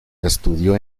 estudió